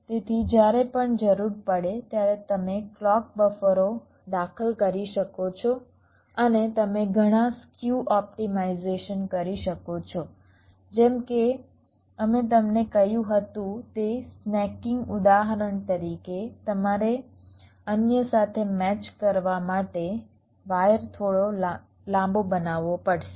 તેથી જ્યારે પણ જરૂર પડે ત્યારે તમે ક્લૉક બફરો દાખલ કરી શકો છો અને તમે ઘણા સ્ક્યુ ઓપ્ટિમાઇઝેશન કરી શકો છો જેમ કે અમે તમને કહ્યું હતું તે સ્નેકિંગ ઉદાહરણ તરીકે તમારે અન્ય સાથે મેચ કરવા માટે વાયર થોડો લાંબો બનાવવો પડશે